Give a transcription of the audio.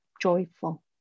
joyful